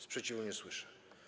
Sprzeciwu nie słyszę.